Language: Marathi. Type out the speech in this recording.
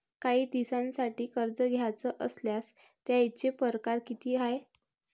कायी दिसांसाठी कर्ज घ्याचं असल्यास त्यायचे परकार किती हाय?